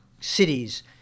cities